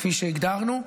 כפי שהגדרנו.